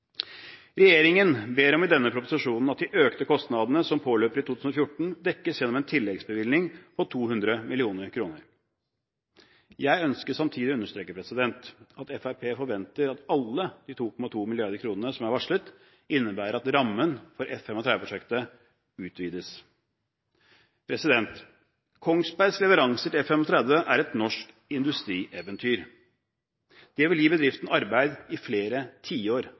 Regjeringen ber i denne proposisjonen om at de økte kostnadene som påløper i 2014, dekkes gjennom en tilleggsbevilgning på 200 mill. kr. Jeg ønsker samtidig å understreke at Fremskrittspartiet forventer at alle de 2,2 milliarder kronene som er varslet, innebærer at rammen for F-35-prosjektet utvides. Kongsbergs leveranser til F-35 er et norsk industrieventyr. Det vil gi bedriften arbeid i flere tiår